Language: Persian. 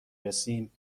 رسیم